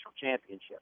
championship